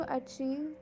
achieve